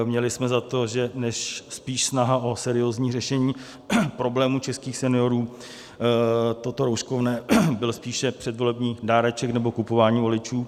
Měli jsme za to, že než spíš snaha o seriózní řešení problémů českých seniorů toto rouškovné byl spíše předvolební dáreček nebo kupování voličů.